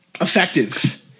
effective